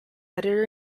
editor